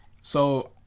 So-